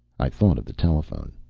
i thought of the telephone.